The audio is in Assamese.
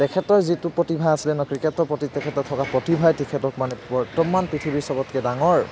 তেখেতৰ যিটো প্ৰতিভা আছিলে ন ক্ৰিকেটৰ প্ৰতি তেখেতৰ থকা প্ৰতিভাই তেখেতক মানে বৰ্তমান পৃথিৱীৰ চবতকৈ ডাঙৰ